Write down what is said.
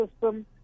system